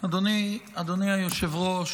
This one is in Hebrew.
אדוני היושב-ראש,